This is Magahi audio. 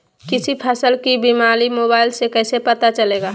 किसी फसल के बीमारी मोबाइल से कैसे पता चलेगा?